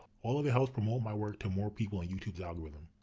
all of it helps promote my work to more people in youtube's algorithm.